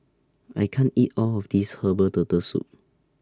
I can't eat All of This Herbal Turtle Soup